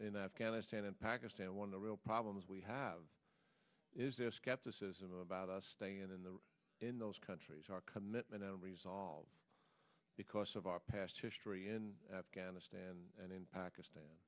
in afghanistan and pakistan one of the real problems we have is the skepticism about us staying in the in those countries are commitment and resolve because of our past history in afghanistan and in pakistan